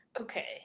Okay